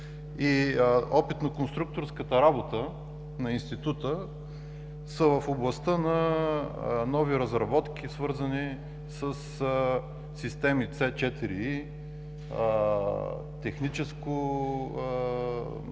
опитно-конструкторската работа на Института са в областта на нови разработки, свързани със системи С4I, техническо